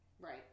Right